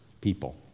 people